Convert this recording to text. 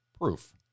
proof